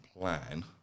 plan